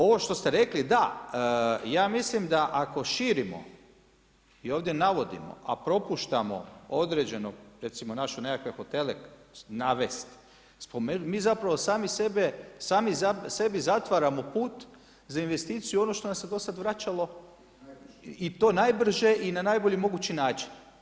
Ovo što ste rekli da, ja mislim da ako širimo i ovdje navodimo a propuštamo određeno, recimo naše nekakve hotele navesti, spomenuti, mi zapravo sami sebe, sami sebi zatvaramo put za investiciju i ono što nam se do sada vraćalo i to najbrže i na najbolji mogući način.